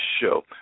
show